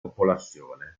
popolazione